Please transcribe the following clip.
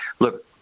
look